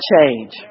change